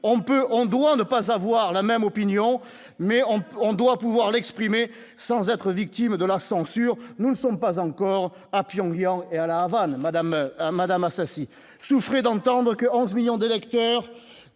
on doit ne pas avoir la même opinion, mais on peut, on doit pouvoir exprimer sans être victime de la censure, nous ne sommes pas encore à Pyongyang et Alavoine Madame Madame Assassi souffrait d'entendre que 11 millions de Lecteurs